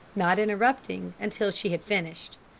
not interrupting, until she had finished.